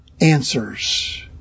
answers